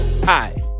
Hi